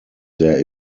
their